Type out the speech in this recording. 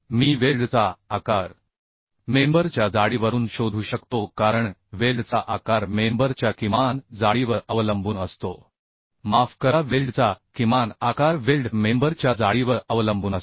मी वेल्डचा आकार मेंबर च्या जाडीवरून शोधू शकतो कारण वेल्डचा आकार मेंबर च्या किमान जाडीवर अवलंबून असतो माफ करा वेल्डचा किमान आकार वेल्ड मेंबर च्या जाडीवर अवलंबून असतो